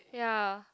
ya